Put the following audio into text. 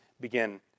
begin